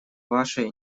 ваши